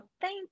thank